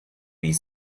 wie